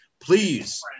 please